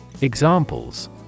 Examples